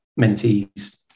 mentees